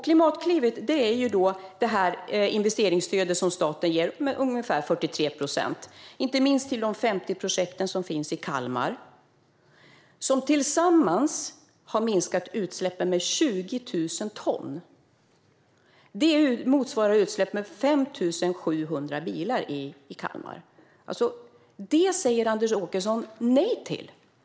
Klimatklivet är ju det investeringsstöd på ungefär 43 procent som staten ger, inte minst till de 50 projekt som finns i Kalmar och som tillsammans har minskat utsläppen med 20 000 ton. Det motsvarar utsläpp från 5 700 bilar i Kalmar. Det här säger Anders Åkesson nej till.